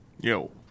yo